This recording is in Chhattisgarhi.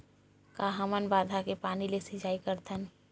का हमन बांधा के पानी ले सिंचाई कर सकथन?